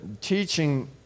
teaching